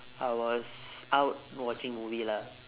I was out watching movie lah